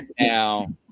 Now